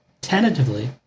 tentatively